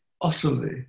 utterly